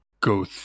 Go